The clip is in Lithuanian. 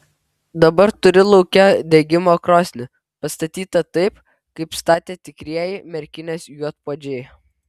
dabar turi lauke degimo krosnį pastatytą taip kaip statė tikrieji merkinės juodpuodžiai